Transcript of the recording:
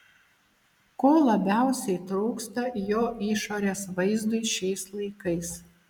ko labiausiai trūksta jo išorės vaizdui šiais laikais